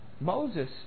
Moses